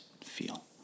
feel